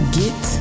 get